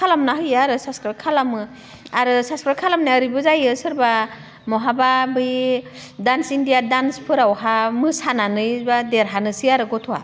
खालामना होयो आरो साबसक्राइब खालामो आरो साबसक्राइब खालामनाया ओरैबो जायो सोरबा महाबा बे डान्स इण्डिया डान्स फोरावहा मोसानानै बा देरहानोसै आरो गथ'आ